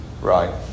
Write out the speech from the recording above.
Right